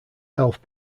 health